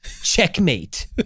Checkmate